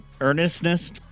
earnestness